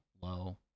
low